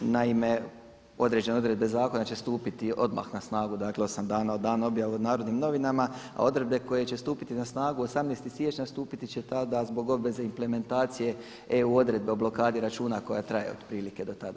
Naime, određene odredbe zakona će stupiti odmah na snagu, dakle osam dana od dana objave u Narodnim novinama, a odredbe koje će stupiti na snagu 18. siječnja stupiti će tada zbog obveze implementacije EU odredbe o blokadi računa koja traje otprilike do tada.